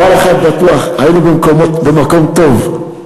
דבר אחד בטוח, היינו במקום טוב.